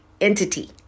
entity